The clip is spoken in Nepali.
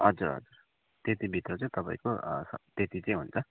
हजुर हजुर त्यतिभित्र चाहिँ तपाईँको त्यति चाहिँ हुन्छ